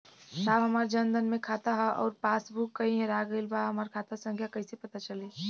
साहब हमार जन धन मे खाता ह अउर पास बुक कहीं हेरा गईल बा हमार खाता संख्या कईसे पता चली?